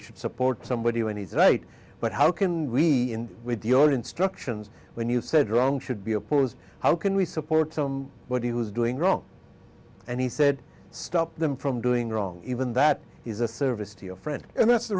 should support somebody when he's right but how can we with the old instructions when you said wrong should be opposed how can we support some what he was doing wrong and he said stop them from doing wrong even that is a service to a friend and that's the